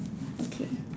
okay